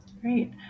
Great